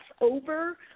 over